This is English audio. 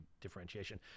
differentiation